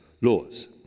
laws